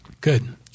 Good